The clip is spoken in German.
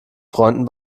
freunden